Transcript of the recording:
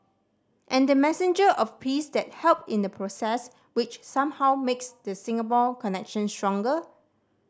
and the messenger of peace that helped in the process which somehow makes the Singapore connection stronger